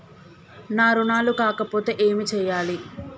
నా రుణాలు కాకపోతే ఏమి చేయాలి?